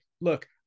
look